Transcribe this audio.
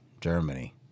Germany